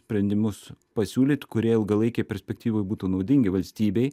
sprendimus pasiūlyt kurie ilgalaikėj perspektyvoj būtų naudingi valstybei